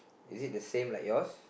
is it the same like yours